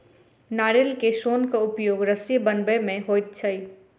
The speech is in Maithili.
नारियल के सोनक उपयोग रस्सी बनबय मे होइत छै